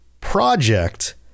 project